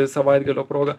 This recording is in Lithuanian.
savaitgalio proga